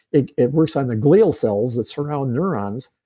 it it works on the glial cells that surround neurons.